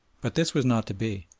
but this was not to be.